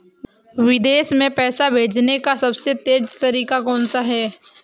विदेश में पैसा भेजने का सबसे तेज़ तरीका कौनसा है?